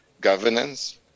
governance